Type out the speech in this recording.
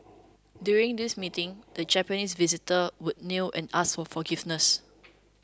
during these meetings the Japanese visitors would kneel and ask for forgiveness